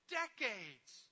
decades